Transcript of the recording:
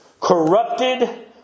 corrupted